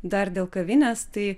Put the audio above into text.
dar dėl kavinės tai